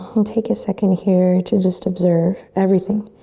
and take a second here to just observe everything,